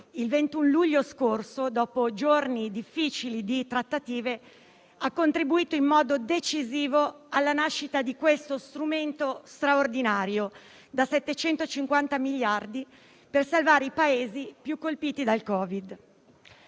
il 21 luglio scorso, dopo giorni difficili di trattative, ha contribuito in modo decisivo alla nascita di questo strumento straordinario da 750 miliardi di euro per salvare i Paesi più colpiti dal Covid.